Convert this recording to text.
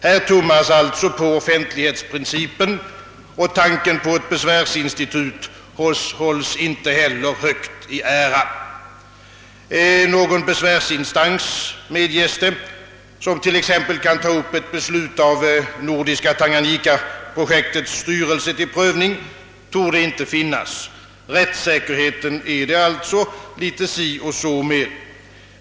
Här tummas alltså på offentlighetsprincipen, och tanken på ett besvärsinstitut hålles inte heller högt i ära. Någon bevärsinstans, medges det, som t.ex. kan ta upp ett beslut av Nordiska Tanganyikaprojektets styrelse till prövning, torde inte finnas. Rättssäkerheten är det alltså lite si och så med.